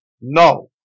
No